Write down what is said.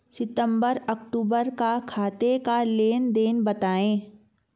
सितंबर अक्तूबर का खाते का लेनदेन बताएं